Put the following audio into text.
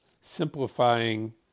simplifying